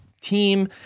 Team